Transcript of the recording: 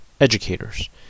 educators